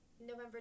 november